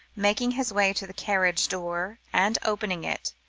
making his way to the carriage door, and opening it,